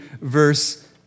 verse